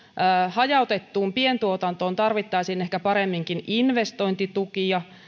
hajautettuun pientuotantoon tarvittaisiin ehkä paremminkin investointitukia